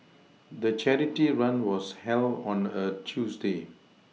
the charity run was held on a Tuesday